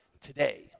today